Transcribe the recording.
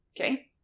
Okay